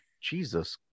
jesus